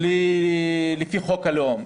לפי חוק הלאום.